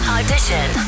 Audition